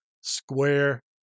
square